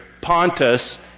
Pontus